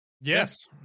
Yes